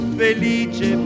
felice